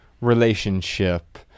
relationship